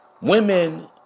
Women